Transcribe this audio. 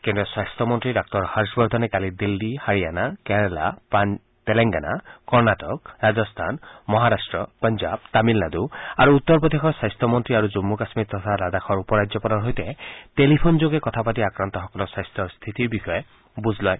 কেন্দ্ৰীয় স্বাস্থ্য মন্ত্ৰী ডাঃ হৰ্ষ বৰ্ধনে কালি দিল্লী হাৰিয়ানা কেৰালা টেলেংগানা কৰ্ণাটক ৰাজস্থান মহাৰট্ট পঞ্জাৱ তামিলনাডু আৰু উত্তৰ প্ৰদেশৰ স্বাস্থামন্ত্ৰী আৰু জন্মু কাশ্মীৰ তথা লাডাখৰ উপ ৰাজ্যপালৰ সৈতে টেলিফোনযোগে কথা পাতি আক্ৰান্তসকলৰ স্বাস্থাৰ স্থিতিৰ বিষয়ে বুজ লয়